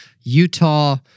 Utah